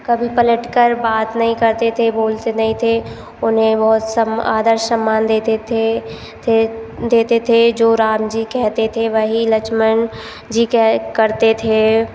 कभी पलट कर बात नहीं करते थे बोलते नहीं थे उन्हें बहुत सम आदर सम्मान देते थे थे देते थे जो राम जी कहते थे वही लक्ष्मण जी कह करते थे